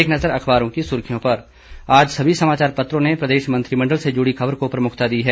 एक नज़र अखबारों की सुर्खियों पर आज सभी समाचार पत्रों ने प्रदेश मंत्रिमंडल से जुड़ी खबर को प्रमुखता दी है